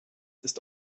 ist